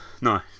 no